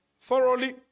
thoroughly